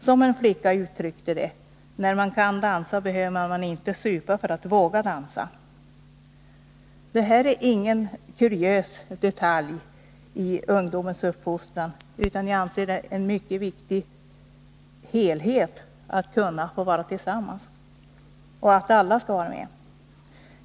Som en flicka uttryckte det: När man kan dansa behöver man inte supa för att våga dansa. Det här är ingen kuriös detalj i ungdomens uppfostran. Jag anser att dansen är en mycket viktig del i helheten — att kunna få vara tillsammans och att alla skall få delta.